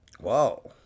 Wow